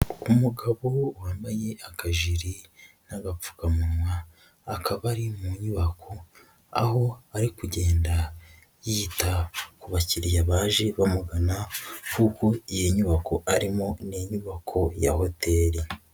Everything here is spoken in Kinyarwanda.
Umugabo wambaye akajiri n'agapfukamunwa, akaba ari mu nyubako, aho ari kugenda yita ku bakiriya baje bamugana ku kuko iyo nyubako arimo ni inyubako ya hoteri.